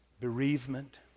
bereavement